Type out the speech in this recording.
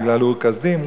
בגלל אור-כשדים?